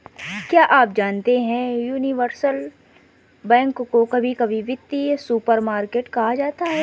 क्या आप जानते है यूनिवर्सल बैंक को कभी कभी वित्तीय सुपरमार्केट कहा जाता है?